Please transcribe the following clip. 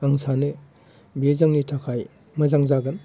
आं सानो बे जोंनि थाखाय मोजां जागोन